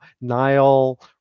Nile